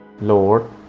Lord